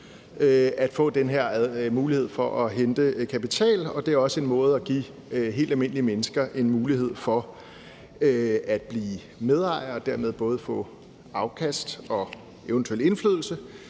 at få den her mulighed for at hente kapital, og det er også en måde at give helt almindelige mennesker en mulighed for at blive medejere og dermed få afkast og eventuel indflydelse